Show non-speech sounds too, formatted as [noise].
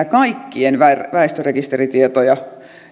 [unintelligible] kaikkien väestörekisteritiedoista